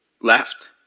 left